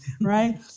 right